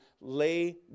lay